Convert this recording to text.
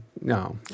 No